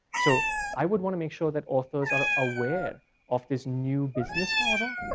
so i would wanna make sure that authors are aware of this new business model,